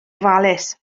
ofalus